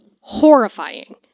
Horrifying